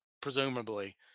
presumably